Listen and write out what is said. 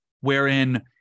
wherein